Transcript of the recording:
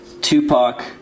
Tupac